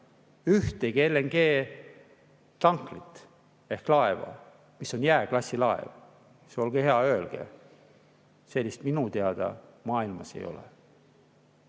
ühtegi LNG-tankerit ehk laeva, mis on jääklassilaev, siis olge hea, öelge. Sellist minu teada maailmas ei ole.